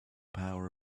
power